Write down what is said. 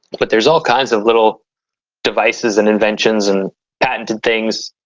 but, there's all kinds of little devices and inventions and patented things